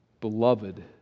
beloved